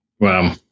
Wow